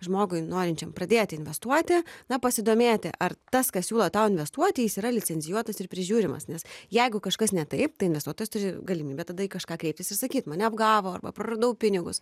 žmogui norinčiam pradėti investuoti na pasidomėti ar tas kas siūlo tau investuoti jis yra licencijuotas ir prižiūrimas nes jeigu kažkas ne taip tai investuotojas turi galimybę tada į kažką kreiptis ir išsakyt mane apgavo arba praradau pinigus